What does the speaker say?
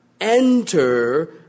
enter